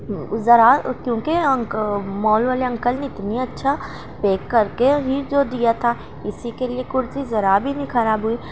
ذرا کیوںکہ مال والے انکل نے اتنے اچھا پیک کر کے ہی جو دیا تھا اسی کے لیے کرتی ذرا بھی نہیں خراب ہوئی